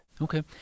Okay